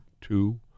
two